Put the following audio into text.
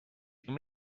too